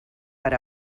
per